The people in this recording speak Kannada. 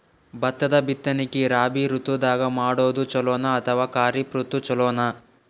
ಭತ್ತದ ಬಿತ್ತನಕಿ ರಾಬಿ ಋತು ದಾಗ ಮಾಡೋದು ಚಲೋನ ಅಥವಾ ಖರೀಫ್ ಋತು ಚಲೋನ?